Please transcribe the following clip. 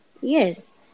Yes